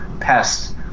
pests